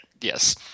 yes